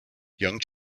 young